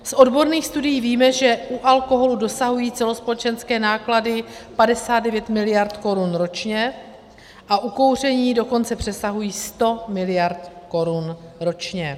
Z odborných studií víme, že u alkoholu dosahují celospolečenské náklady 59 mld. korun ročně a u kouření dokonce přesahují 100 mld. korun ročně.